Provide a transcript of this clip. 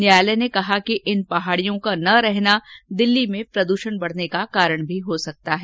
न्यायालय ने कहा कि इन पहाडियों का न रहना दिल्ली में प्रदृषण बढने का कारण भी हो सकता है